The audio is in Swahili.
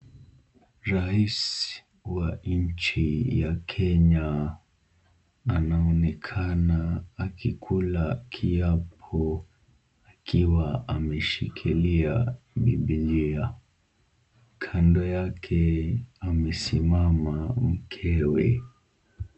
Rais wa nchi ya Kenya anaoenakana akila kiapo akiwa ameshikilia bibilia . Kando yake amesimama mkewe.